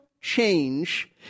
change